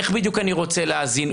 איך בדיוק אני רוצה להאזין,